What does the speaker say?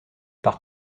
par